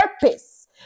purpose